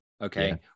Okay